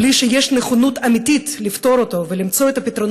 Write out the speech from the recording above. בלי שיש נכונות אמיתית לפתור אותו ולמצוא את הפתרון